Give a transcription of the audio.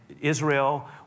Israel